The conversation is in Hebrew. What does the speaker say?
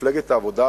ומפלגת העבודה,